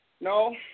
No